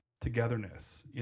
togetherness